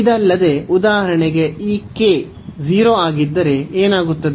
ಇದಲ್ಲದೆ ಉದಾಹರಣೆಗೆ ಈ 0 ಆಗಿದ್ದರೆ ಏನಾಗುತ್ತದೆ